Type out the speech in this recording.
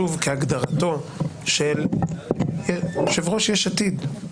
שוב כהגדרתו של יושב-ראש יש עתיד,